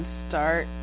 start